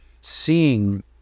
seeing